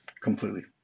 Completely